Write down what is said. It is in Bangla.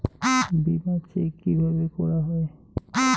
বিমা চেক কিভাবে করা হয়?